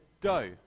Go